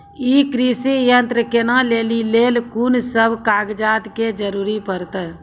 ई कृषि यंत्र किनै लेली लेल कून सब कागजात के जरूरी परतै?